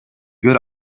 good